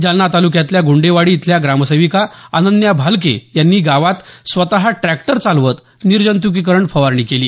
जालना तालुक्यातल्या गुंडेवाडी इथल्या ग्रामसेविका अनन्या भालके यांनी गावात स्वत ट्रॅक्टर चालवत निर्जंतुकीकरण फवारणी केली